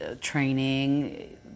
training